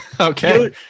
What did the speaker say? Okay